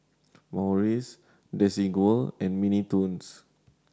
Morries Desigual and Mini Toons